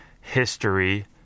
history